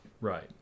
right